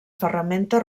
ferramenta